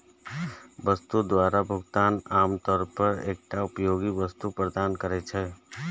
वस्तु द्वारा भुगतान आम तौर पर एकटा उपयोगी वस्तु प्रदान करै छै